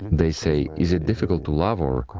they say is it difficult to love or.